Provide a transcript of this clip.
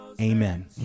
Amen